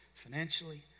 Financially